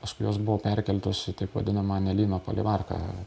paskui jos buvo perkeltos į taip vadinamą nelino palivarką